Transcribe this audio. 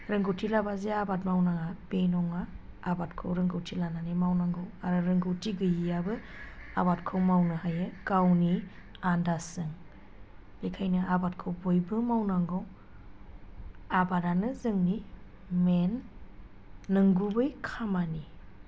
रोंगौथि लाबाजे आबाद मावनाङा बे नङा आबादखौ रोंगौथि लानानै मावनांगौ आरो रोंगौथि गैयिआबो आबादखौ मावनो हायो गावनि आन्दासजों बेखायनो आबादखौ बयबो मावनांगौ आबादानो जोंनि मेन नंगुबै खामानि